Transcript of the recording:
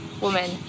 woman